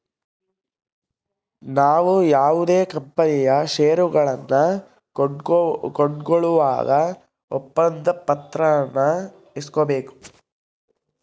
ನಾವು ಯಾವುದೇ ಕಂಪನಿಯ ಷೇರುಗಳನ್ನ ಕೊಂಕೊಳ್ಳುವಾಗ ಒಪ್ಪಂದ ಪತ್ರಾನ ಇಸ್ಕೊಬೇಕು